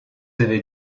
avez